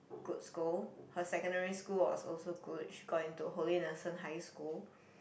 good school her secondary school was also good she got into Holy-Innocent high school